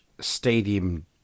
stadium